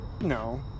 No